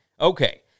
Okay